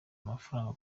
amafaranga